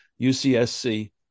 UCSC